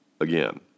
again